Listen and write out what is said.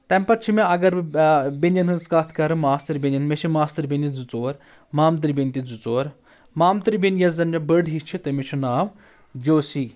تمہِ پتہٕ چھُ مےٚ اگر بہٕ بیٚنؠن ہٕنٛز کتھ کرٕ ماستٕر بیٚنِہ مےٚ چھِ ماستٕربیٚنہِ زٕ ژور مامتر بیٚنہِ تہِ زٕ ژور مامتر بیٚنہِ یۄس زَن مےٚ بٔڑ ہِش چھِ تٔمِس چھُ ناو جوسِی